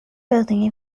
building